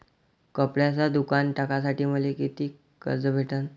कपड्याचं दुकान टाकासाठी मले कितीक कर्ज भेटन?